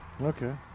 Okay